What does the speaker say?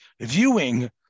viewing